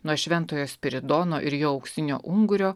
nuo šventojo spiridono ir jo auksinio ungurio